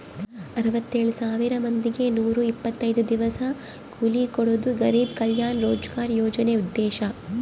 ಅರವತ್ತೆಳ್ ಸಾವಿರ ಮಂದಿಗೆ ನೂರ ಇಪ್ಪತ್ತೈದು ದಿವಸ ಕೂಲಿ ಕೊಡೋದು ಗರಿಬ್ ಕಲ್ಯಾಣ ರೋಜ್ಗರ್ ಯೋಜನೆ ಉದ್ದೇಶ